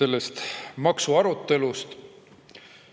sellest maksuarutelust!